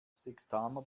sextaner